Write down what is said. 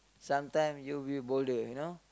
sometime you will boulder you know